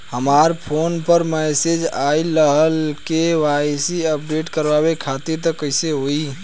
हमरा फोन पर मैसेज आइलह के.वाइ.सी अपडेट करवावे खातिर त कइसे होई?